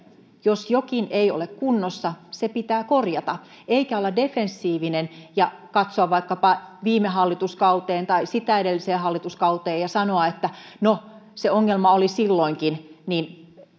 jos jokin ei ole kunnossa se pitää korjata eikä olla defensiivinen ja katsoa vaikkapa viime hallituskauteen tai sitä edelliseen hallituskauteen ja sanoa että no se ongelma oli silloinkin niin